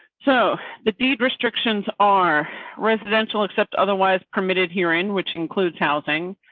so, the deed restrictions are residential accept otherwise permitted hearing, which includes housing,